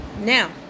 Now